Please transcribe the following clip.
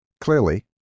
Clearly